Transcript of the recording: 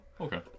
okay